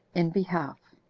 in behalf.